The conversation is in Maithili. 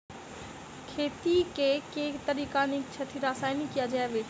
खेती केँ के तरीका नीक छथि, रासायनिक या जैविक?